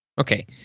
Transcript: Okay